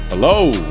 Hello